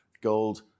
gold